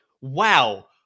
Wow